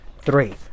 three